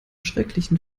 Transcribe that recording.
schrecklichen